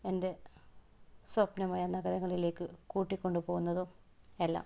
എൻ്റെ സ്വപ്നമായ നഗരങ്ങളിലേക്ക് കൂട്ടി കൊണ്ടുപോകുന്നതും എല്ലാം